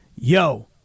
Yo